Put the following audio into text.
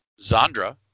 Zandra